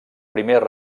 primer